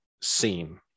seen